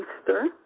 Easter